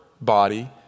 body